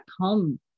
come